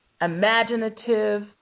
imaginative